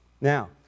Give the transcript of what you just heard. Now